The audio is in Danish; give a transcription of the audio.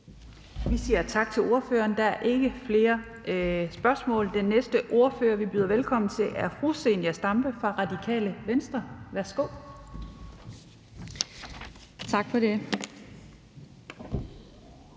Vi siger tak til ordføreren. Der er ikke flere spørgsmål. Den næste ordfører, vi byder velkommen til, er fru Zenia Stampe fra Radikale Venstre. Værsgo. Kl.